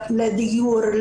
לדיור,